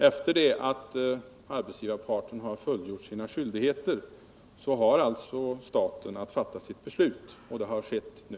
Efter det att arbetsgivarparten har fullgjort sina skyldigheter har staten att fatta sitt beslut, och det har skett nu.